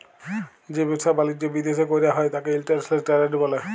যে ব্যাবসা বালিজ্য বিদ্যাশে কইরা হ্যয় ত্যাকে ইন্টরন্যাশনাল টেরেড ব্যলে